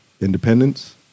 Independence